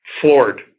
floored